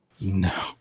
No